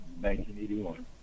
1981